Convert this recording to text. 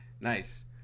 Nice